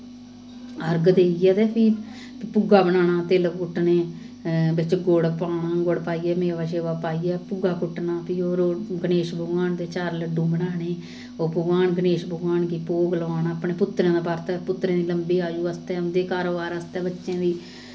अर्घ देइयै ते फ्ही भुग्गा बनाना तिल कुट्टने बिच्च गुड़ पाना गुड़ पाइयै मेवा शेवा पाइयै भुग्गा कुट्टना फ्ही ओह् रो गणेश भगवान दे चार लड्डू बनाने ओह् भगवान गणेश भगवान गी भोग लोआना अपने पुत्तरें दा बर्त पुत्तरें दी लम्मी आयु आस्तै उं'दे कारोबार आस्तै बच्चें दी